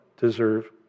deserve